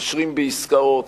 מתקשרים בעסקאות,